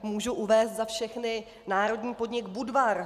Mohu uvést za všechny národní podnik Budvar.